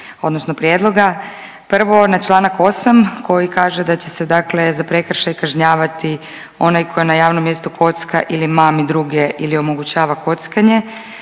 odnosno prijedloga. Prvo, na čl. 8 koji kaže da će se dakle za prekršaj kažnjavati onaj koji na javnom mjestu kocka ili mami druge ili omogućava kockanje.